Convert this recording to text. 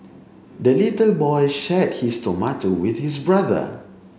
the little boy shared his tomato with his brother